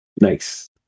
Nice